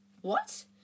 What